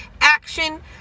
action